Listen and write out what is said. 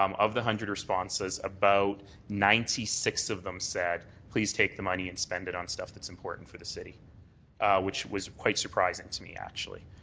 um of the hundred responses about ninety ninety six of them said please take the money and spend it on stuff that's important for the city which was quite surprising to me, actually.